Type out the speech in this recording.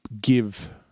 give